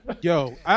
Yo